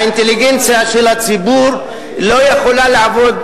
האינטליגנציה של הציבור לא יכולה לעבוד,